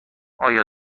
آیا